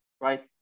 right